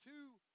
two